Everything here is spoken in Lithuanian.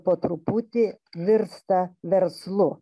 po truputį virsta verslu